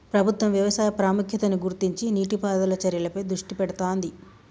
ప్రభుత్వం వ్యవసాయ ప్రాముఖ్యతను గుర్తించి నీటి పారుదల చర్యలపై దృష్టి పెడుతాంది